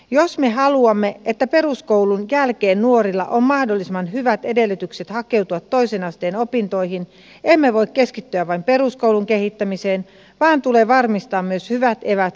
jos me haluamme että peruskoulun jälkeen nuorilla on mahdollisimman hyvät edellytykset hakeutua toisen asteen opintoihin emme voi keskittyä vain peruskoulun kehittämiseen vaan tulee varmistaa myös hyvät eväät koulutien alkuun